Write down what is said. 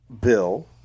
bill